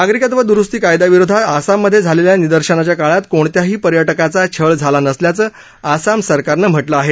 नागरिकत्व दुरुस्ती कायद्याविरोधात आसाममधे झालेल्या निदर्शनाच्या काळात कोणत्याही पर्यटकाचं छळ झाला नसल्याचं आसाम सरकारनं म्हटलं आहे